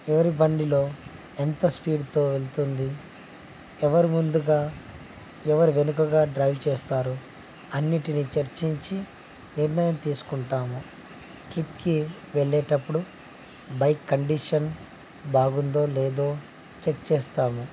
ఎవరి బండిలో ఎంత స్పీడ్తో వెళుతుంది ఎవరు ముందుగా ఎవరు వెనుకగా డ్రైవ్ చేస్తారు అన్నింటినీ చర్చించి నిర్ణయం తీసుకుంటాము ట్రిప్కి వెళ్ళేటప్పుడు బైక్ కండిషన్ బాగుందో లేదో చెక్ చేస్తాము